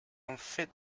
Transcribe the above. unfit